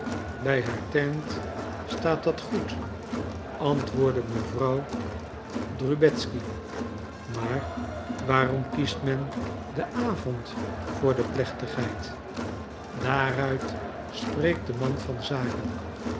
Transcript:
bij haar teint staat dat goed antwoordde mevrouw drubetzky maar waarom kiest men den avond voor die plechtigheid daaruit spreekt de man van zaken